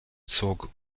zog